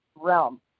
realm